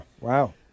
Wow